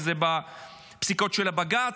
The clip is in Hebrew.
בפסיקות של הבג"ץ,